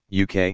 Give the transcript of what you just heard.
UK